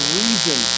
reason